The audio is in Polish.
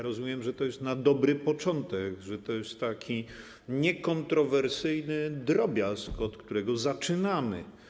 Rozumiem, że to jest na dobry początek, że to jest taki niekontrowersyjny drobiazg, od którego zaczynamy.